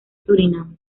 surinam